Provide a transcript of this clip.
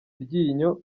iryinyo